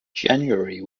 january